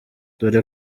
dore